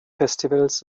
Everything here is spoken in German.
festivals